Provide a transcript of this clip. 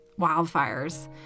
Wildfires